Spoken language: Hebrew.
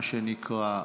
מה שנקרא,